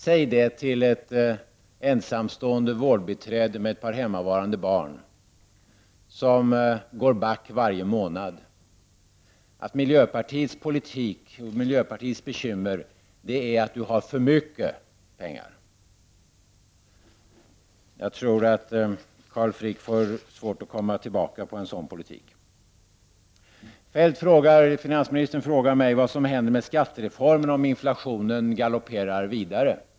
Säg det till ett ensamstående vårdbiträde med ett par hemmavarande barn som går back varje månad: Miljöpartiets bekymmer är att du har för mycket pengar! Jag tror att Carl Frick får svårt att komma tillbaka på en sådan politik. Finansministern frågar mig vad som händer med skattereformen om inflationen galopperar vidare.